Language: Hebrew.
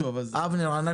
אבנר,